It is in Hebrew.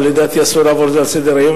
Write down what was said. אבל לדעתי אסור לעבור על זה לסדר-היום,